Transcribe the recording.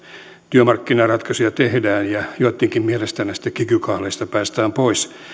työmarkkinaratkaisuja tehdään ja joittenkin mielestä näistä kiky kahleista päästään pois